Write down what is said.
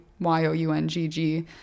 y-o-u-n-g-g